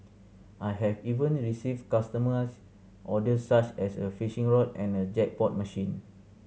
I have even received customised orders such as a fishing rod and a jackpot machine